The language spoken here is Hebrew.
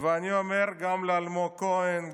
ואני אומר גם לאלמוג כהן,